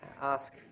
ask